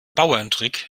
bauerntrick